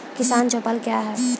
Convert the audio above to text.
किसान चौपाल क्या हैं?